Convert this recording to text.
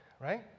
right